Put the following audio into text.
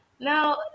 Now